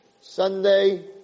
Sunday